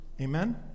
Amen